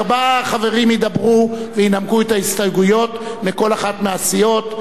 ארבעה חברים ידברו וינמקו את ההסתייגויות מכל אחת מהסיעות,